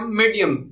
medium